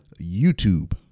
youtube